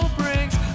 brings